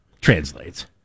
translates